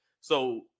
So-